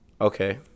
okay